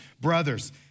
brothers